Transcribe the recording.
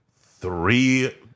three